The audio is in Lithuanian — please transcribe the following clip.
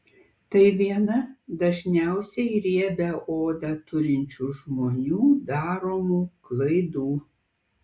tai viena dažniausiai riebią odą turinčių žmonių daromų klaidų